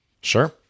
Sure